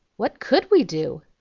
what could we do?